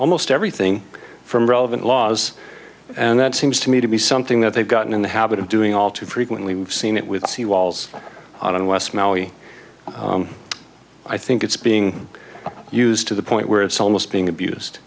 almost everything from relevant laws and that seems to me to be something that they've gotten in the habit of doing all too frequently we've seen it with sea walls out in west maui i think it's being used to the point where it's almost being abused